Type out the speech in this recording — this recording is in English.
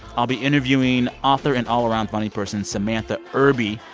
i'll be interviewing author and all-around funny person samantha irby.